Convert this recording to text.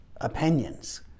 opinions